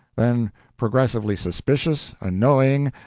then progressively suspicious, annoying,